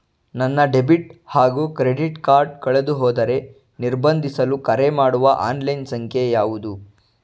ನನ್ನ ಡೆಬಿಟ್ ಹಾಗೂ credit card ಕಳೆದುಹೋದರೆ ನಿರ್ಬಂಧಿಸಲು ಕರೆಮಾಡುವ ಆನ್ಲೈನ್ ಸಂಖ್ಯೆಯಾವುದು?